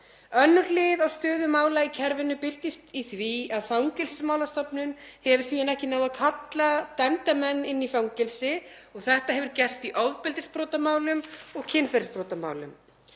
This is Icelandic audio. Önnur hlið á stöðu mála í kerfinu birtist í því að Fangelsismálastofnun hefur síðan ekki náð að kalla dæmda menn inn í fangelsi og þetta hefur gerst í ofbeldisbrotamálum og kynferðisbrotamálum.